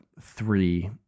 three